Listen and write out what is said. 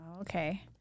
Okay